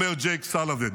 אומר ג'ק סאליבן,